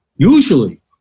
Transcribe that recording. usually